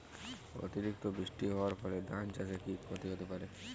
অতিরিক্ত বৃষ্টি হওয়ার ফলে ধান চাষে কি ক্ষতি হতে পারে?